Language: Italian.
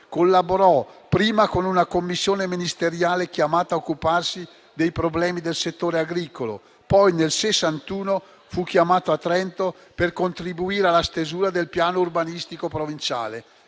collaborò prima con una Commissione ministeriale chiamata a occuparsi dei problemi del settore agricolo. Poi, nel 1961, fu chiamato a Trento per contribuire alla stesura del Piano urbanistico provinciale,